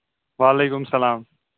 وعلیکُم اسلام